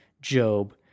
Job